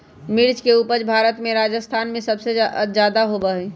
मिर्च के उपज भारत में राजस्थान में सबसे ज्यादा होबा हई